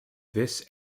this